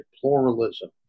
pluralism